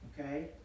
Okay